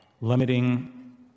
limiting